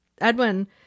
Edwin